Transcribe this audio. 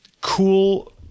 cool